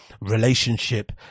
relationship